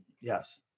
Yes